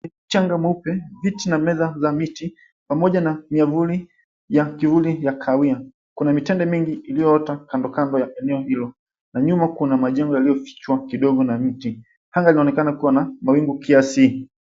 Mchanga mweupe, viti na meza za miti pamoja na miavuli ya kivuli ya kawi. Kuna mitende mingi iliyoota kando kando ya eneo hilo. Na nyuma kuna majengo yaliyofichwa kidogo na miti. Anga linaonekana kuwa na mawingu kiasi.